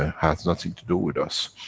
ah has nothing to do with us.